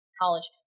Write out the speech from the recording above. college